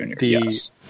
yes